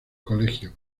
colegio